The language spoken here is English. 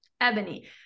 Ebony